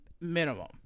minimum